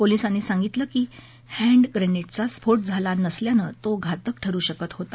पोलिसांनी सांगितलं की त्या हॅन्डग्रेनेडचा स्फोट झालेला नसल्याने तो घातक ठरू शकत होता